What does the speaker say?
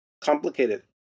complicated